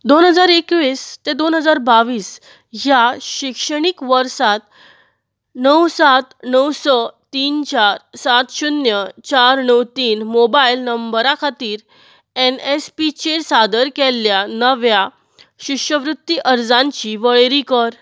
दोन हजार एकवीस दोन हजार बावीस ह्या शिक्षणीक वर्सांत णव सात णव स तीन चार सात शुन्य चार णव तान मोबायल नंबरा खातीर एन एस पीचेर सादर केल्ल्या नव्या शिश्यवृत्ती अर्जांची वळेरी कर